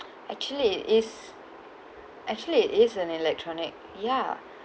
actually it is actually it is an electronic ya